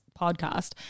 podcast